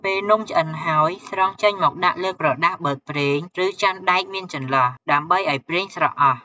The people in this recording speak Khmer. ពេលនំឆ្អិនហើយ ស្រង់ចេញមកដាក់លើ ក្រដាសបឺតប្រេង ឬចានដែកមានចន្លោះ ដើម្បីឱ្យប្រេងស្រក់អស់។